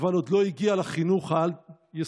אבל עוד לא הגיע לחינוך העל-יסודי,